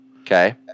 Okay